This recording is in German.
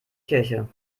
kirche